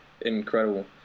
incredible